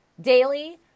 daily